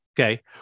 okay